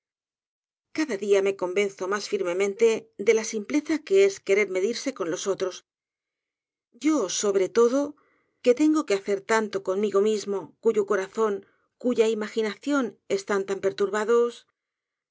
cada dia me convenzo mas firmemente de la simpleza que es querer medirse con los otros yo sobre todo que tengo que hacer tanto conmigo mismo cuyo corazón cuya imaginación están tan perturbados